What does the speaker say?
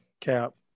Cap